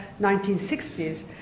1960s